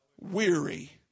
weary